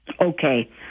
Okay